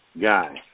guy